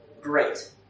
Great